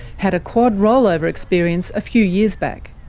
had a quad rollover experience a few years back.